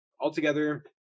altogether